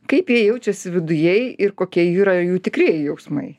kaip jie jaučiasi viduje ir kokie jų yra jų tikrieji jausmai